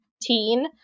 teen